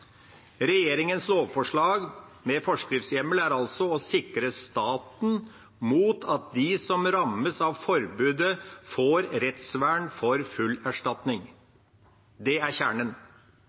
Regjeringas lovforslag med forskriftshjemmel er altså å sikre staten mot at de som rammes av forbudet, får rettsvern for full erstatning. Det er kjernen.